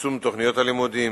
יישום תוכניות הלימודים,